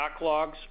Backlogs